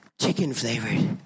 Chicken-flavored